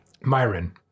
myron